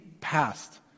past